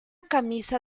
camisa